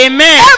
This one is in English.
Amen